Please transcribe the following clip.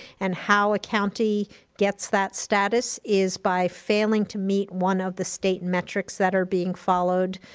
and how a county gets that status is by failing to meet one of the state metrics that are being followed,